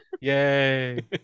Yay